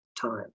time